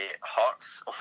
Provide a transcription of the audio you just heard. Hearts